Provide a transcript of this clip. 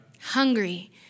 Hungry